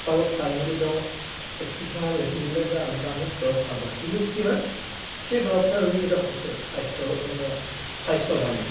পটাপট চাই মেলি তেওঁ প্ৰেচক্ৰিপশ্যনখন লিখি দিলে যে আমাক আমুক দৰব খাবা কিন্তু কি হয় সেই দৰব খাই ৰোগী কেতিয়াও সুস্বাস্থ্য মানে স্বাস্থ্য ভাল নহয়